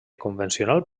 convencional